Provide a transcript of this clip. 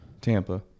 Tampa